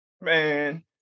man